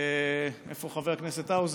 איפה חבר הכנסת האוזר?